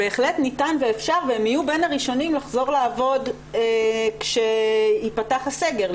בהחלט ניתן ואפשר והם יהיו בין הראשונים לחזור לעבוד כשייפתח הסגר.